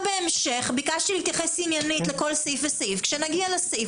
ביקשתי להתייחס עניינית לכל סעיף וסעיף וכשנגיע לסעיף,